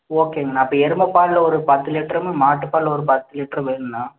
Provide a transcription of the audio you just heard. ஓகேங்கண்ணா அப்போ எருமை பாலில் ஒரு பத்து லிட்டரும் மாட்டு பாலில் ஒரு பத்து லிட்டரும் வேணுண்ணா